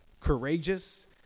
courageous